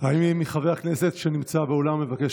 האם מי מחברי הכנסת שנמצא באולם מבקש